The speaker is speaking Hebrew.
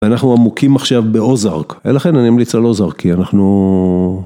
אנחנו עמוקים עכשיו באוזארק ולכן אני ממליץ לאוזארק כי אנחנו.